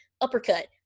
uppercut